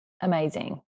amazing